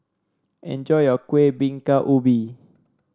enjoy your Kueh Bingka Ubi